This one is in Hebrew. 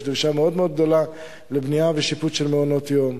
יש דרישה מאוד מאוד גדולה לבנייה ושיפוץ של מעונות-יום.